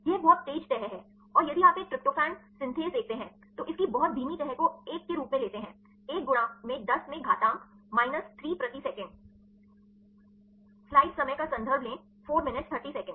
यह बहुत तेज़ तह है और यदि आप एक ट्रिप्टोफ़ैन सिंटेज़ देखते हैं तो इसकी बहुत धीमी तह को 1 के रूप में लेते हैं 1 गुणा में 10 में घातांक माइनस 3 प्रति सेकंड